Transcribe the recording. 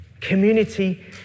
Community